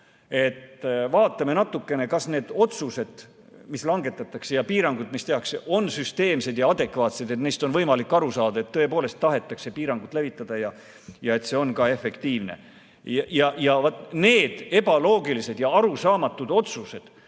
vanematega. Vaatame natukene, kas need otsused, mis langetatakse, ja piirangud, mis tehakse, on süsteemsed ja adekvaatsed, et neist oleks võimalik aru saada nii, et tõepoolest tahetakse piiranguid teha ja see on ka efektiivne. Need ebaloogilised ja arusaamatud otsused